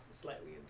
slightly